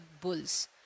bulls